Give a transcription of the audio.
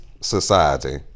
society